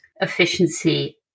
efficiency